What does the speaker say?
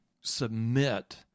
submit